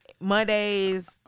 Mondays